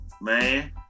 man